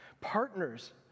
Partners